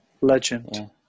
Legend